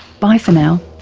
bye for now